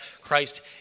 Christ